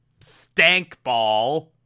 Stankball